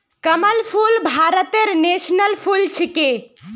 कमल फूल भारतेर नेशनल फुल छिके